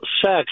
sex